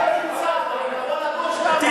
אולי נמצא, נבוא לגור שם.